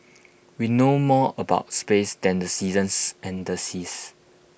we know more about space than the seasons and the seas